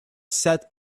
sat